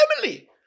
family